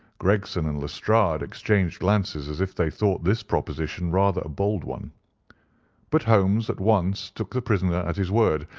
gregson and lestrade exchanged glances as if they thought this proposition rather a bold one but holmes at once took the prisoner at his word,